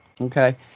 Okay